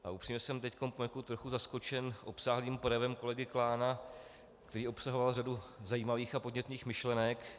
A upřímně jsem teď poněkud trochu zaskočen obsáhlým projevem kolegy Klána, který obsahoval řadu zajímavých a podnětných myšlenek.